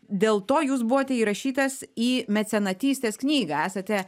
dėl to jūs buvote įrašytas į mecenatystės knygą esate